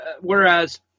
whereas